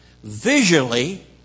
Visually